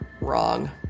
wrong